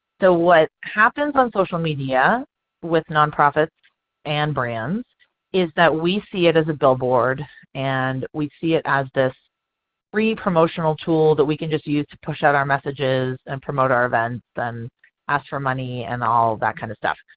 what happens on social media with nonprofits and brands is that we see it as a billboard and we see it as this free promotional tool that we can just use to push out our messages and promote our events and ask for money and all that kind of stuff.